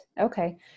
Okay